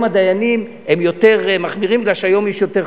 הדיינים יותר מחמירים כי היום יש יותר חרדים.